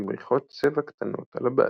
במריחות צבע קטנות על הבד.